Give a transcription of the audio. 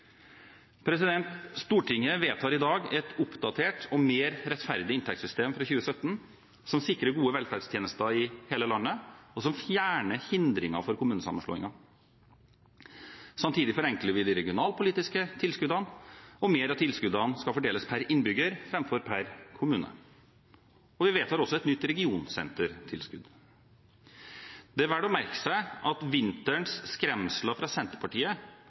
Stortinget vedtar i dag et oppdatert og mer rettferdig inntektssystem fra 2017, et system som sikrer gode velferdstjenester i hele landet, og som fjerner hindringer for kommunesammenslåing. Samtidig forenkler vi de regionalpolitiske tilskuddene, og mer av tilskuddene skal fordeles per innbygger framfor per kommune. Vi vedtar også et nytt regionsentertilskudd. Det er verdt å merke seg at vinterens skremsler fra Senterpartiet